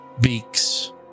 beaks